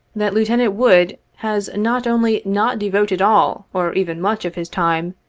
that lieutenant wood has not only not devoted all, or even much of his time,